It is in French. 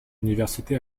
université